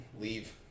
leave